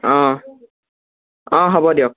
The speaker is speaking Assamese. অঁ অঁ হ'ব দিয়ক